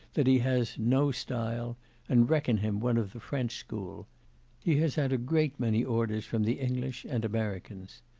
that he has no style and reckon him one of the french school he has had a great many orders from the english and americans.